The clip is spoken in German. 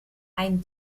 ein